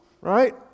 Right